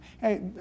Hey